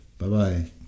Bye-bye